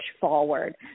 forward